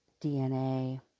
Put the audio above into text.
DNA